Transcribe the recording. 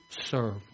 serve